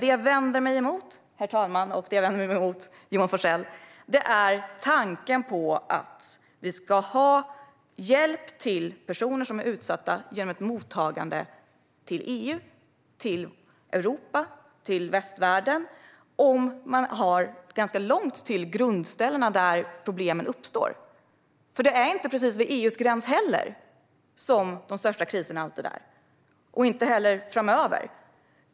Det jag vänder mig emot, herr talman och Johan Forssell, är tanken att vi ska hjälpa personer som är utsatta genom ett mottagande till EU, Europa och västvärlden om det är ganska långt till ställena där grundproblemet uppstår. Det är nämligen inte alltid precis vid EU:s gräns som de största kriserna är - inte heller framöver.